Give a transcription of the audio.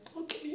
okay